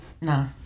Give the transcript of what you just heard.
No